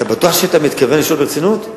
אתה בטוח שאתה מתכוון לשאול ברצינות?